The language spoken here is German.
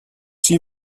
sie